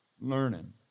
Learning